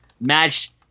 match